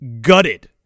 gutted